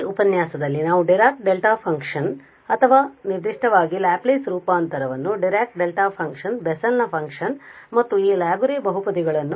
ಈ ಉಪನ್ಯಾಸದಲ್ಲಿ ನಾವು ಡಿರಾಕ್ ಡೆಲ್ಟಾ ಫಂಕ್ಷನ್ ವನ್ನು ಅಥವಾ ನಿರ್ದಿಷ್ಟವಾಗಿ ಲ್ಯಾಪ್ಲೇಸ್ ರೂಪಾಂತರವನ್ನುಡೈರಾಕ್ ಡೆಲ್ಟಾ ಫಂಕ್ಷನ್ ಬೆಸೆಲ್ ನ ಫಂಕ್ಷನ್ Bessel's function ಮತ್ತು ಈ ಲ್ಯಾಗುರೆ ಬಹುಪದಿಗಳನ್ನುLaguerre polynomials